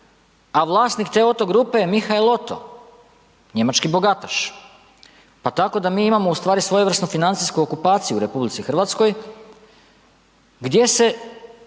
A vlasnik te OTTO grupe je Michael Otto, njemački bogataš pa tako da mi imamo ustvari svojevrsnu financijsku okupaciju u RH gdje se